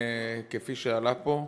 כפי שעלה פה.